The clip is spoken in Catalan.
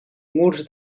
murs